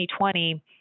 2020